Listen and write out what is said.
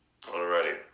Alrighty